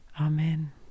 Amen